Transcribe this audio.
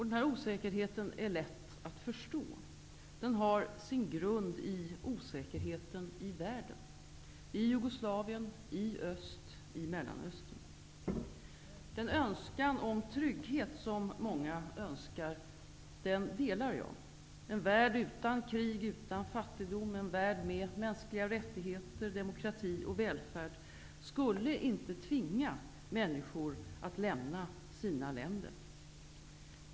Den osäkerheten är lätt att förstå. Den har sin grund i osäkerheten i världen -- i Jugoslavien, i öst, i mellanöstern. Jag delar önskan om trygghet som många framför. En värld utan krig och fattigdom, en värld med mänskliga rättigheter, demokrati och välfärd, skulle inte tvinga människor att lämna sina hem länder.